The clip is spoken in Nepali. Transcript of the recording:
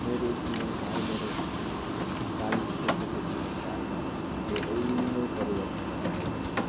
मेरो जीवनकाल मेरो चालिस वर्षको जीवनकालमा धेरै नै परिवर्तनहरू आएको छ